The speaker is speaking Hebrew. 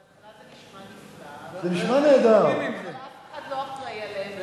בהתחלה זה נשמע נפלא ואף אחד לא אחראי עליהם,